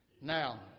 Now